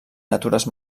natures